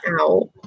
out